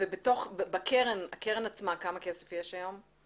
בקרן עצמה כמה כסף יש היום?